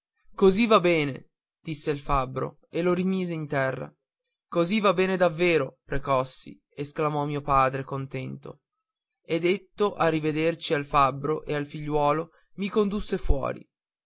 così va bene disse il fabbro e lo rimise in terra così va bene davvero precossi esclamò mio padre contento e detto a rivederci al fabbro e al figliuolo mi condusse fuori